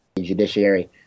judiciary